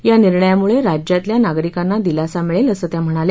या निर्णयामुळे राज्यातल्या नागरिकांना दिलासा मिळेल असं त्या म्हणाल्या